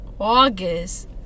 August